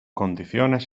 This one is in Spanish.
condiciones